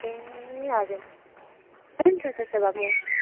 ए हजुर हुन्छ त्यसो भए म